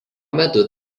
metu